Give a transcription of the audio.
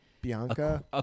Bianca